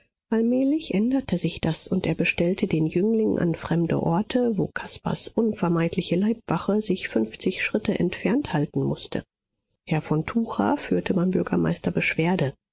allmählich änderte sich das und er bestellte den jüngling an fremde orte wo caspars unvermeidliche leibwache sich fünfzig schritte entfernt halten mußte herr von tucher führte beim bürgermeister beschwerde